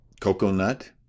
Coconut